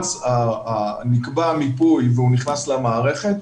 נקבע מיפוי והוא נכנס למערכת.